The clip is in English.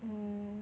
mm